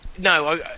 No